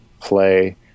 play